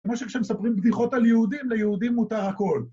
‫כמו שכשמספרים בדיחות על יהודים, ‫ליהודים מותר הכול.